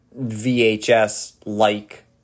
VHS-like